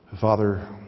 Father